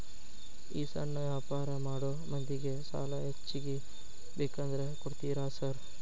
ಈ ಸಣ್ಣ ವ್ಯಾಪಾರ ಮಾಡೋ ಮಂದಿಗೆ ಸಾಲ ಹೆಚ್ಚಿಗಿ ಬೇಕಂದ್ರ ಕೊಡ್ತೇರಾ ಸಾರ್?